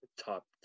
top